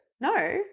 No